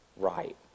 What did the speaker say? right